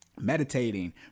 meditating